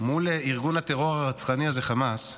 מול ארגון הטרור הרצחני הזה, חמאס,